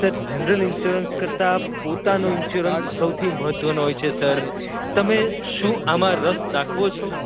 sir general insurance કરતાં પોતાનો insurance સૌથી મહત્ત્વનો હોય છે સર તમે શું આમાં રસ દાખવો છો